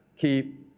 keep